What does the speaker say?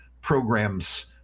programs